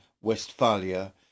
Westphalia